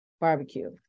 barbecue